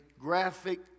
graphic